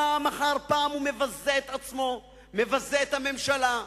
פעם אחר פעם הוא מבזה את עצמו, מבזה את הממשלה.